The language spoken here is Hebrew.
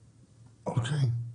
אוקי.